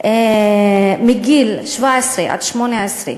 מגיל 17 עד 18,